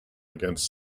against